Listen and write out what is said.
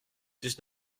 dix